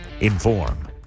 Inform